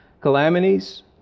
calamities